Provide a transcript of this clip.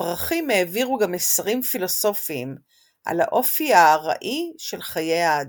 הפרחים העבירו גם מסרים פילוסופיים על האופי הארעי של חיי האדם.